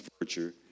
virtue